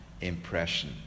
impression